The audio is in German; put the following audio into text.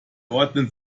ordnen